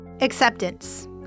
Acceptance